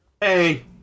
Hey